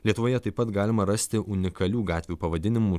lietuvoje taip pat galima rasti unikalių gatvių pavadinimų